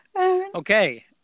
Okay